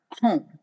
home